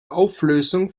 auflösung